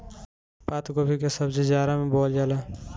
पातगोभी के सब्जी जाड़ा में बोअल जाला